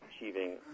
achieving